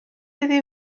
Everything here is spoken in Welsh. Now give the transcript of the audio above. iddi